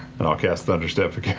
and i'll cast thunder step